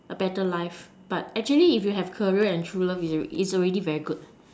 a better life but actually if you have career and true love it's already it's already very good